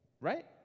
right